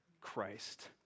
Christ